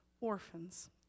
orphans